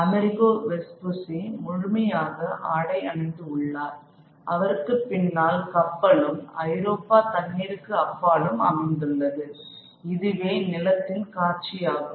Amerigo Vespucci முழுமையாக ஆடை அணிந்து உள்ளார் அவருக்குப்பின்னால் கப்பலும் ஐரோப்பா தண்ணீருக்கு அப்பாலும் அமைந்துள்ளது இதுவே நிலத்தின் காட்சி ஆகும்